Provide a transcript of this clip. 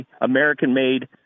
American-made